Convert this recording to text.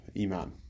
iman